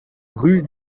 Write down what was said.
rue